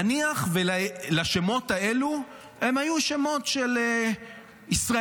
נניח שהשמות האלו הם היו שמות של ישראלים,